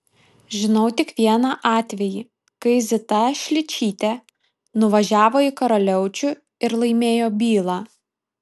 žinau tik vieną atvejį kai zita šličytė nuvažiavo į karaliaučių ir laimėjo bylą